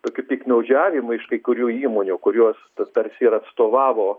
tokių piktnaudžiavimų iš kai kurių įmonių kurios tarsi ir atstovavo